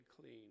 clean